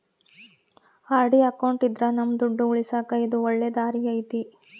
RD account ಇದ್ರ ನಮ್ ದುಡ್ಡು ಉಳಿಸಕ ಇದು ಒಳ್ಳೆ ದಾರಿ ಐತಿ